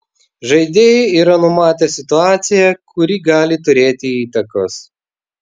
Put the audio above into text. žaidėjai yra numatę situaciją kuri gali turėti įtakos